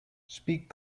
speak